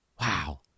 Wow